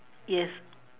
yes